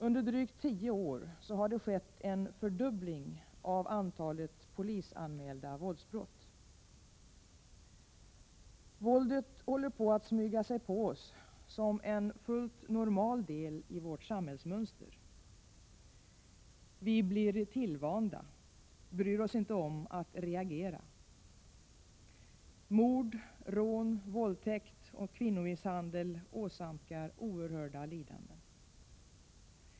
Under drygt tio år har det skett en fördubbling av antalet polisanmälda våldsbrott. Våldet håller på att smyga sig på oss som en fullt normal del i vårt samhällsmönster. Vi blir tillvanda, bryr oss inte om att reagera. Mord, rån, våldtäkt och kvinnomisshandel åsamkar oerhörda lidanden.